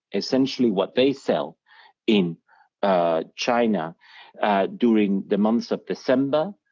essentially what they sell in china during the months of december,